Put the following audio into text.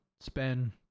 spend